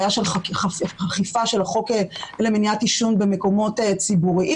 בעיה של אכיפה של החוק למניעת עישון במוקמות ציבוריים.